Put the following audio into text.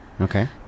Okay